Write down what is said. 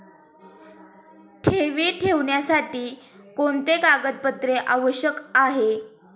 ठेवी ठेवण्यासाठी कोणते कागदपत्रे आवश्यक आहे?